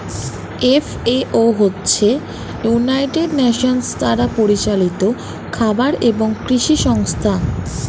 FAO হচ্ছে United Nations দ্বারা পরিচালিত খাবার এবং কৃষি সংস্থা